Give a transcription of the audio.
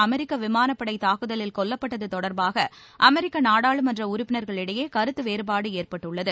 அமெரிக்க விமானப்படை தாக்குதலில் கொல்லப்பட்டது தொடர்பாக அமெரிக்க நாடாளுமன்ற உறுப்பினர்களிடையே கருத்து வேறுபாடு ஏற்பட்டுள்ளது